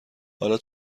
حالا